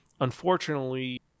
unfortunately